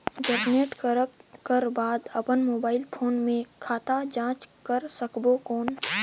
Generate करक कर बाद अपन मोबाइल फोन मे खाता जांच कर सकबो कौन?